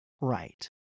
right